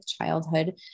childhood